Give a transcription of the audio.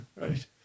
right